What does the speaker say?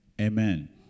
Amen